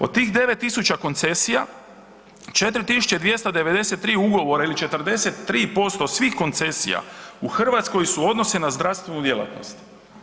Od tih 9 tisuća koncesija, 4293 ugovora ili 43% svih koncesija u Hrvatskoj su odnosi na zdravstvenu djelatnost.